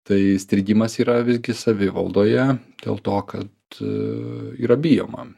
tai strigimas yra visgi savivaldoje dėl to kad yra bijoma